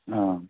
ആ